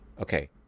okay